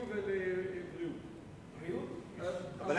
איך